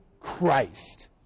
Christ